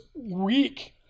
week